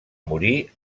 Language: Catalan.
morir